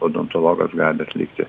odontologas gali atlikti